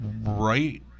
right